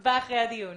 נקבע אחרי הדיון.